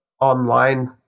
online